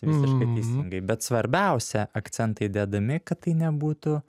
visiškai teisingai bet svarbiausia akcentai dedami kad tai nebūtų